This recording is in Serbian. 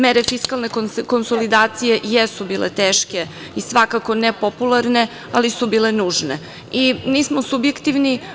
Mere fiskalne konsolidacije jesu bile teške i svakako ne popularne, ali su bile nužne i mi smo subjektivni.